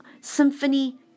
symphony